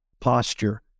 posture